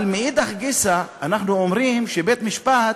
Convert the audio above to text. אבל מאידך גיסא אנחנו אומרים שבית-משפט